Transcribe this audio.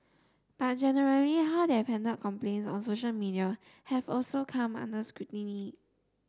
but generally how they've handled complaints on social media have also come under scrutiny